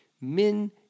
Min